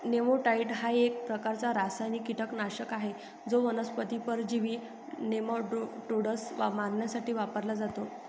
नेमॅटाइड हा एक प्रकारचा रासायनिक कीटकनाशक आहे जो वनस्पती परजीवी नेमाटोड्स मारण्यासाठी वापरला जातो